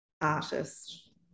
artist